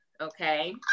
Okay